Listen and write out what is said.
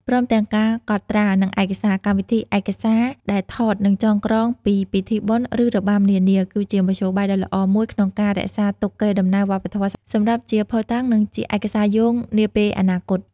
ព្រមទាំងការកត់ត្រា និងឯកសារ កម្មវិធីឯកសារដែលថត និងចងក្រងពីពិធីបុណ្យ ឬរបាំនានា គឺជាមធ្យោបាយដ៏ល្អមួយក្នុងការរក្សាទុកកេរដំណែលវប្បធម៌សម្រាប់ជាភស្តុតាង និងជាឯកសារយោងនាពេលអនាគត។